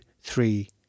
three